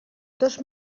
tos